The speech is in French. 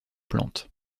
plantes